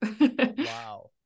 Wow